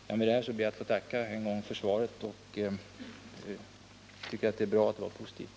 Med detta ber jag att än en gång få tacka för svaret på min interpellation och uttrycka min tillfredsställelse över att det var så positivt.